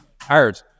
hard